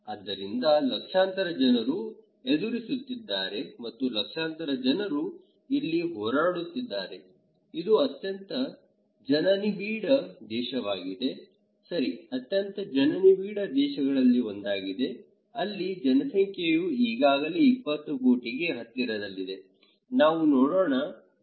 ಆದ್ದರಿಂದ ಲಕ್ಷಾಂತರ ಜನರು ಎದುರಿಸುತ್ತಿದ್ದಾರೆ ಮತ್ತು ಲಕ್ಷಾಂತರ ಜನರು ಇಲ್ಲಿ ಹೋರಾಡುತ್ತಿದ್ದಾರೆ ಇದು ಅತ್ಯಂತ ಜನನಿಬಿಡ ದೇಶವಾಗಿದೆ ಸರಿ ಅತ್ಯಂತ ಜನನಿಬಿಡ ದೇಶಗಳಲ್ಲಿ ಒಂದಾಗಿದೆ ಅಲ್ಲಿ ಜನಸಂಖ್ಯೆಯು ಈಗಾಗಲೇ 20 ಕೋಟಿಗೆ ಹತ್ತಿರದಲ್ಲಿದೆ ನಾವು ನೋಡೋಣ